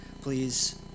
Please